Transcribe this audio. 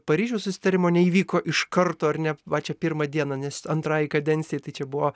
paryžiaus susitarimo neįvyko iš karto ar ne pačią pirmą dieną nes antrajai kadencijai tai čia buvo